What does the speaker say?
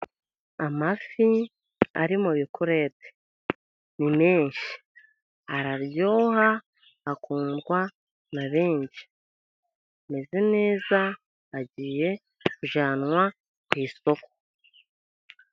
Amafi ari mu bikurete. Ni menshi, araryoha, akundwa na benshi, ameze neza, agiye kujyanwa ku isoko.